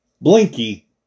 Blinky